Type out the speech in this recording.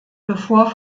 bevor